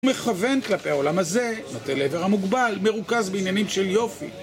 הוא מכוון כלפי העולם הזה, נוטה לעבר המוגבל, מרוכז בעניינים של יופי.